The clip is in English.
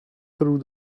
through